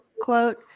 quote